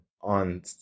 on